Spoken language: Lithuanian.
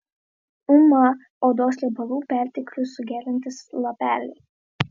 uma odos riebalų perteklių sugeriantys lapeliai